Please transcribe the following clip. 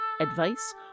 advice